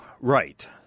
Right